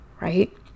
right